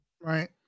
right